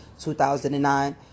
2009